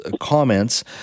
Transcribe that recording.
Comments